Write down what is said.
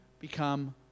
become